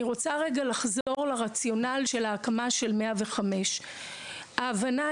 אני רוצה רגע לחזור לרציונל של ההקמה של 105. ההבנה